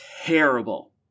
terrible